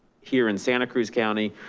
here in santa cruz county,